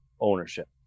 ownership